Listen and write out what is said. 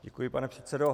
Děkuji, pane předsedo.